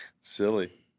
Silly